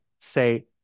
say